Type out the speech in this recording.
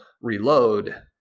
reload